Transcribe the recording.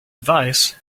advice